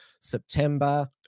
September